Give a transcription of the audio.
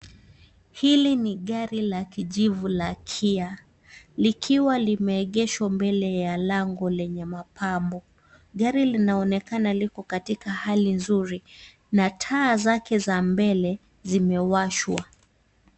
Hili ni gari la kijivu la kia likiwa limeegeshwa mbele ya lango lenye mapambo. Gari linaonekana liko katika hali nzuri na taa zake za mbele zimewashwa.